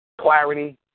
clarity